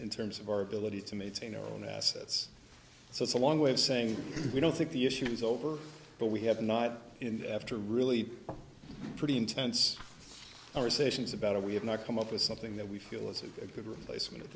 in terms of our ability to maintain our own assets so it's a long way of saying we don't think the issue is over but we have not been after a really pretty intense or stations about it we have not come up with something that we feel is a good replacement of